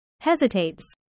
hesitates